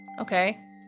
Okay